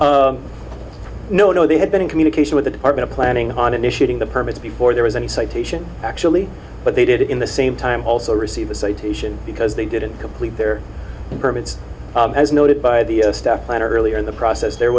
but no no they had been in communication with the department planning on initiating the permits before there was any citation actually but they did in the same time also receive a citation because they didn't complete their permits as noted by the stepladder earlier in the process there